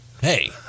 Hey